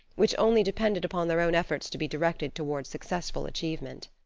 which only depended upon their own efforts to be directed toward successful achievement.